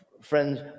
friends